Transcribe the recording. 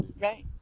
Right